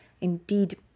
Indeed